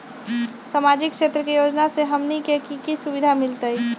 सामाजिक क्षेत्र के योजना से हमनी के की सुविधा मिलतै?